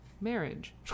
marriage